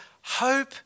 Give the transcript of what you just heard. hope